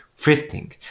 thrifting